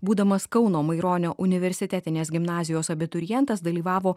būdamas kauno maironio universitetinės gimnazijos abiturientas dalyvavo